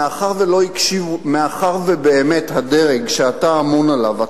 מאחר שהדרג שאתה אמון עליו,